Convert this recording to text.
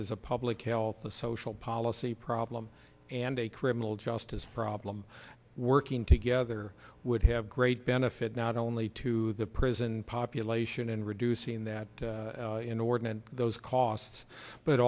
as a public health a social policy problem and a criminal justice problem working together would have great benefit not only to the prison population and reducing that inordinate those costs but